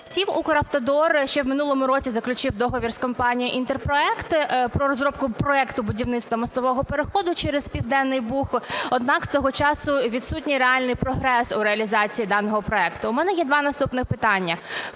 Втім Укравтодор ще в минулому році заключив договір з компанією "Інтерпроект" про розробку проекту будівництва мостового переходу через Південний Буг, однак з того часу відсутній реальний прогрес у реалізації даного проекту. У мене є два наступних питання.